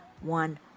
one